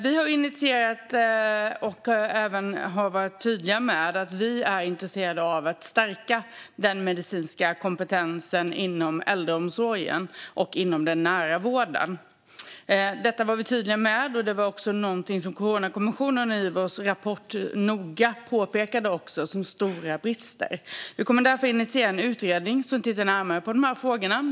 Vi har varit tydliga med att vi är intresserade av att stärka den medicinska kompetensen inom äldreomsorgen och den nära vården. Coronakommissionen påpekade också att det finns stora brister där. Det gjordes även i Ivos rapport. Vi kommer därför att initiera en utredning som ska titta närmare på de frågorna.